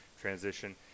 transition